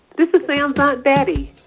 this is sam's aunt betty.